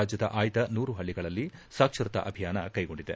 ರಾಜ್ಯದ ಆಯ್ದ ನೂರು ಹಳ್ಳಗಳಲ್ಲಿ ಸಾಕ್ಷ್ವರತಾ ಅಭಿಯಾನ ಕೈಗೊಂಡಿದೆ